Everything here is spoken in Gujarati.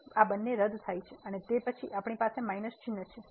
તેથી આ રદ થાય છે અને તે પછી આપણી પાસે માઇનસ ચિન્હ છે